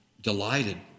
delighted